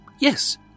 Yes